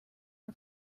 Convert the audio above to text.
are